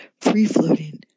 free-floating